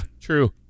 true